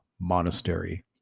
monastery